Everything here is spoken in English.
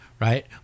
right